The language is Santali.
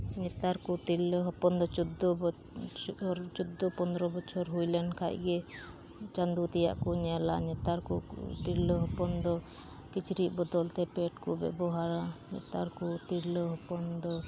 ᱱᱮᱛᱟᱨ ᱠᱚ ᱛᱤᱨᱞᱟᱹ ᱦᱚᱯᱚᱱ ᱫᱚ ᱪᱳᱫᱫᱚ ᱵᱚᱪᱷᱚᱨ ᱪᱳᱫᱫᱚ ᱯᱚᱫᱨᱚ ᱵᱚᱪᱷᱚᱨ ᱦᱩᱭᱞᱮᱱ ᱠᱷᱟᱡ ᱜᱮ ᱪᱟᱫᱳ ᱛᱮᱭᱟᱜ ᱠᱚ ᱧᱮᱞᱟ ᱱᱮᱛᱟᱨ ᱠᱚ ᱛᱤᱨᱞᱟᱹ ᱦᱚᱯᱚᱱ ᱫᱚ ᱠᱤᱪᱨᱤᱡ ᱵᱚᱫᱚᱞ ᱛᱮ ᱯᱮᱰ ᱠᱚ ᱵᱮᱵᱚᱦᱟᱨᱟ ᱱᱮᱛᱟᱨ ᱠᱚ ᱛᱤᱨᱞᱟᱹ ᱦᱚᱯᱚᱱ ᱫᱚ